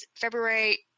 February